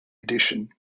edition